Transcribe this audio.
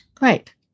Right